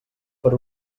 per